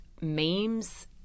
memes